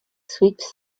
sweeps